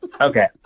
Okay